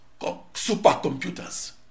supercomputers